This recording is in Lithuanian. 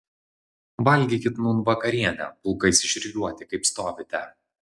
valgykit nūn vakarienę pulkais išrikiuoti kaip stovite